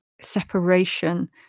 separation